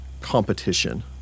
competition